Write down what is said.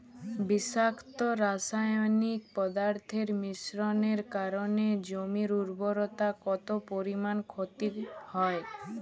বিষাক্ত রাসায়নিক পদার্থের মিশ্রণের কারণে জমির উর্বরতা কত পরিমাণ ক্ষতি হয়?